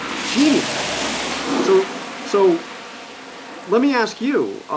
genius so so let me ask you